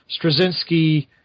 Straczynski